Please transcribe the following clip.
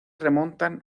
remontan